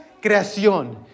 creación